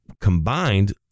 combined